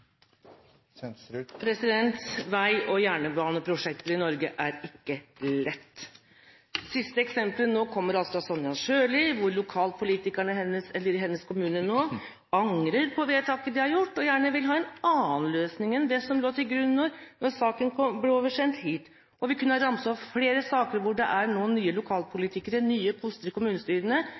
ikke lett. Det siste eksempelet kommer fra representanten Sonja Irene Sjøli hvor lokalpolitikerne i hennes kommune nå angrer på vedtaket de har gjort, og gjerne vil ha en annen løsning enn det som lå til grunn da saken ble oversendt hit. Vi kunne ha ramset opp flere saker hvor det nå er nye lokalpolitikere, nye koster, i kommunestyrene,